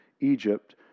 Egypt